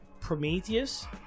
Prometheus